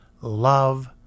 love